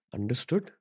Understood